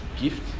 gift